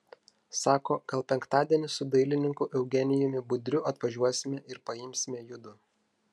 sako gal penktadienį su dailininku eugenijumi budriu atvažiuosime ir paimsime judu